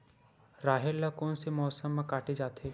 राहेर ल कोन से मौसम म काटे जाथे?